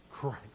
Christ